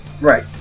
Right